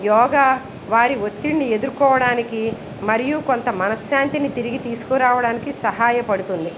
యోగా వారి ఒత్తిడిని ఎదుర్కోవడానికి మరియు కొంత మనశ్శాంతిని తిరిగి తీసుకురావడానికి సహాయపడుతుంది